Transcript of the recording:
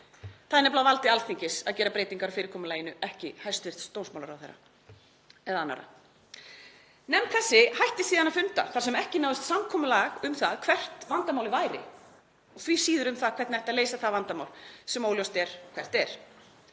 Það er nefnilega á valdi Alþingis að gera breytingar á fyrirkomulaginu, ekki hæstv. dómsmálaráðherra eða annarra. Nefnd þessi hætti síðan að funda, þar sem ekki náðist samkomulag um það hvert vandamálið væri og því síður um hvernig ætti að leysa það vandamál, sem óljóst er hvert er.